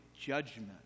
judgment